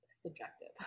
subjective